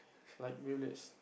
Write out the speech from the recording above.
like